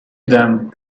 them